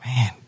man